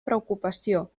preocupació